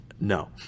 No